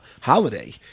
holiday